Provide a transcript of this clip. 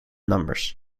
numbers